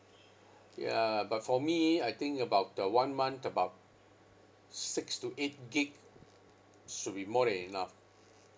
ya but for me I think about uh one month about six to eight gigabyte should be more than enough